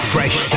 Fresh